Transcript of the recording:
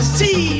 see